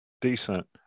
decent